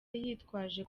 yitwaje